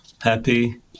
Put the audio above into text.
Happy